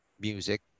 music